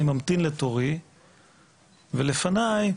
ולפניי